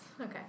Okay